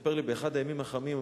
מספר לי: באחד הימים החמים,